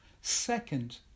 second